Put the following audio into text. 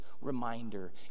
reminder